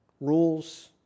rules